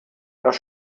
das